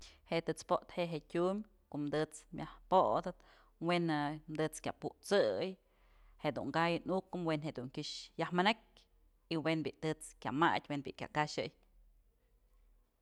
Je'e tët's po'otë je'e je tyum ko'o tët's myaj podët we'e je'e tët's kya put'sëy jedun ka'ay nukëm we'en jedun kyëx yaj manakyë y we'en bi'i tët's kya madyë we'en bi'i kya kaxëy.